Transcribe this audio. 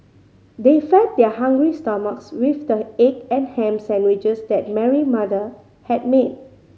they fed their hungry stomachs with the egg and ham sandwiches that Mary mother had made